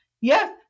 Yes